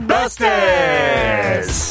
Busters